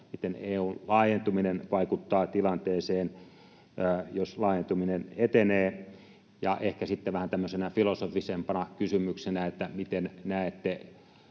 miten EU:n laajentuminen vaikuttaa tilanteeseen, jos laajentuminen etenee, ja ehkä sitten vähän tämmöisenä filosofisempana kysymyksenä: miten näette